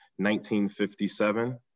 1957